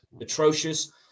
atrocious